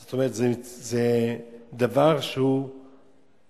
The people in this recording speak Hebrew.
זאת אומרת, זה דבר שצריך